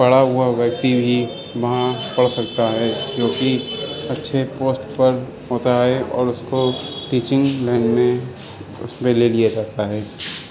پڑھا ہوا ویکتی بھی وہاں پڑھ سکتا ہے جوکہ اچھے پوسٹ پر ہوتا ہے اور اس کو ٹیچنگ لائن میں اس پہ لے لیا جاتا ہے